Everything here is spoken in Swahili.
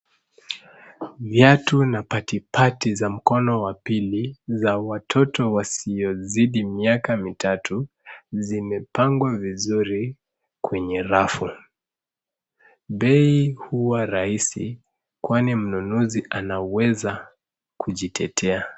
Vyatu na pati pati za mkono wa pili za watoto wasio zidi miaka mitatu zime pangwa vizuri kwenye rafu bei huwa rahisi kwani mnunuzi anaweza kujitetea.